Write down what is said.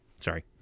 sorry